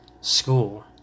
school